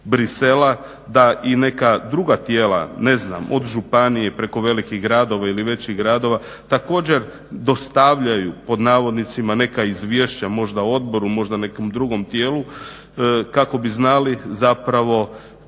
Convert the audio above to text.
da i neka druga tijela ne znam od županije preko velikih gradova ili većih gradova također dostavljaju pod navodnicima neka izvješća, možda odboru, možda nekom drugom tijelu kako bi znali zapravo